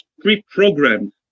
pre-programmed